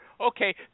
Okay